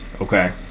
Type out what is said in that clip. Okay